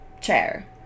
chair